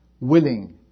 willing